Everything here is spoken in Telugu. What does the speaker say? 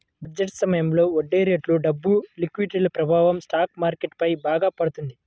బడ్జెట్ సమయంలో వడ్డీరేట్లు, డబ్బు లిక్విడిటీల ప్రభావం స్టాక్ మార్కెట్ పై బాగా పడింది